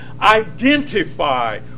identify